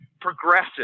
progressive